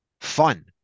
fun